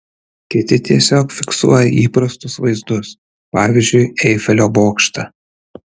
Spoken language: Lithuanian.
kiti tiesiog fiksuoja įprastus vaizdus pavyzdžiui eifelio bokštą